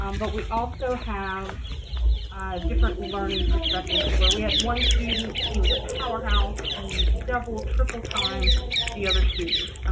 um but we also have different learning perspectives, to where we had one student, he was a powerhouse. he double, triple-timed the other student.